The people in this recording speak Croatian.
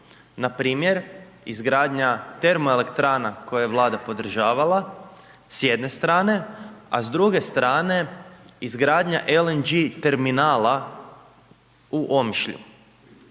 Npr. izgradnja termoelektrana koje je Vlada podržavala, s jedne strane, a s druge strane izgradnja LNG terminala u Omišlju.